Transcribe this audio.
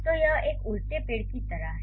तो यह एक उल्टे पेड़ की तरह है